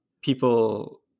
people